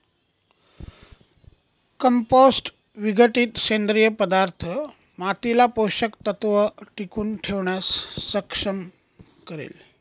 compost विघटित सेंद्रिय पदार्थ मातीला पोषक तत्व टिकवून ठेवण्यास सक्षम करेल